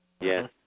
Yes